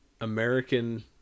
American